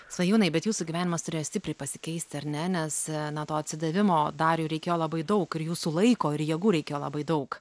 svajūnai bet jūsų gyvenimas turėjo stipriai pasikeisti ar ne nes na to atsidavimo dariui reikėjo labai daug ir jūsų laiko ir jėgų reikėjo labai daug